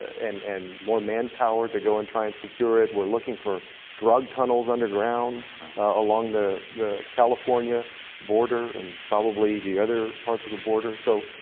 and and more manpower to go and try and secure it. we're looking for drug tunnels underground along the the california border and probably the other parts of the border. so